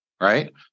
right